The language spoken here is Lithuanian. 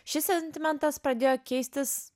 šis sentimentas pradėjo keistis